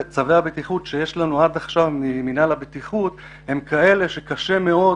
שקיבלנו עד עכשיו ממינהל הבטיחות הם כאלה שקשה מאוד